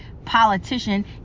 Politician